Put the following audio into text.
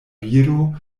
viro